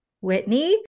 Whitney